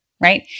right